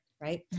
right